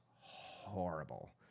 horrible